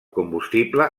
combustible